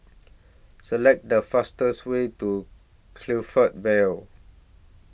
Select The fastest Way to Clifton Vale